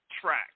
track